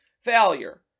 failure